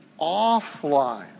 offline